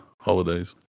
holidays